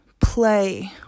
play